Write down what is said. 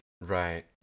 Right